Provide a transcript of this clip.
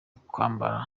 kwambara